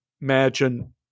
imagine